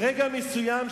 ברגע מסוים,